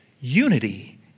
Unity